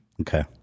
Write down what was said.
Okay